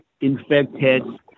infected